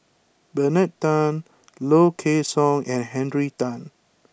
Bernard Tan Low Kway Song and Henry Tan